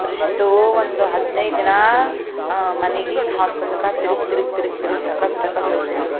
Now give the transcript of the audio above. ಎಷ್ಟೋ ಒಂದು ಹದಿನೈದು ದಿನ ಮನೆಗೆ ಹಾಸ್ಪಿಟಲ್ಗೆ ತಿರುಗಿ ತಿರುಗಿ ತಿರುಗಿ ಟಕಾಸ್ ಟಕಾಸ್ ಹೋಯಿತು